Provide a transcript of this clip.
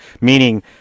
meaning